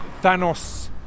Thanos